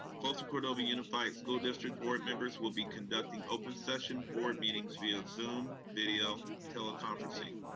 folsom cordova unified school district board members will be conducting open session board meetings via zoom video teleconferencing.